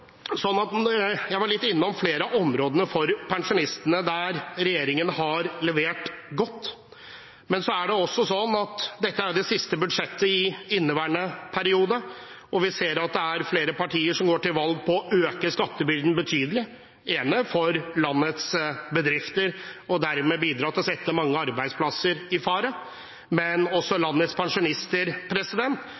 det siste budsjettet i inneværende periode, og vi ser at det er flere partier som går til valg på å øke skattebyrden betydelig for landets bedrifter, og dermed bidrar til å sette mange arbeidsplasser i fare, men også